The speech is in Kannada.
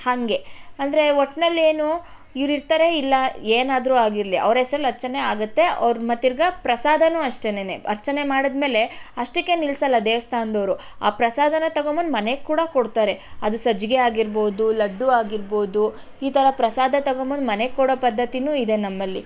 ಹಾಗೆ ಅಂದರೆ ಒಟ್ನಲ್ಲಿ ಏನು ಇವ್ರು ಇರ್ತಾರೆ ಇಲ್ಲ ಏನಾದ್ರೂ ಆಗಿರಲಿ ಅವ್ರ ಹೆಸರಲ್ಲಿ ಅರ್ಚನೆ ಆಗುತ್ತೆ ಅವ್ರು ಮತ್ತೆ ತಿರ್ಗಿ ಪ್ರಸಾದನು ಅಷ್ಟೇನೇ ಅರ್ಚನೆ ಮಾಡಿದಮೇಲೆ ಅಷ್ಟಕ್ಕೆ ನಿಲಿಸಲ್ಲ ದೇವಸ್ಥಾನದವ್ರು ಆ ಪ್ರಸಾದನ ತಗೊಂಡು ಬಂದು ಮನೆಗೆ ಕೂಡ ಕೊಡ್ತಾರೆ ಅದು ಸಜ್ಜಿಗೆ ಆಗಿರ್ಬೋದು ಲಡ್ಡು ಆಗಿರ್ಬೋದು ಈ ಥರ ಪ್ರಸಾದ ತಗೋಂಬಂದು ಮನೆಗೆ ಕೊಡೋ ಪದ್ಧತಿಯೂ ಇದೆ ನಮ್ಮಲ್ಲಿ